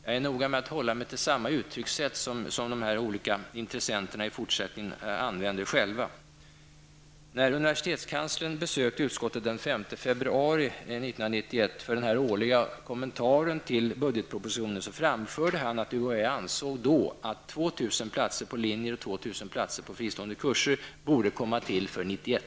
Jag är noga med att hålla mig till samma uttryckssätt som dessa olika intressenter i fortsättningen använder själva. februari 1991 för den årliga kommentaren till budgetpropositionen framförde han att UHÄ då ansåg att 2 000 platser på linjer och 2 000 platser på fristående kurser borde komma till för 1991/92.